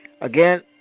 again